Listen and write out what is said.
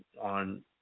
on